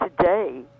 today